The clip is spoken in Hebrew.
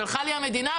שהלכה לי המדינה,